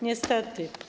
Niestety.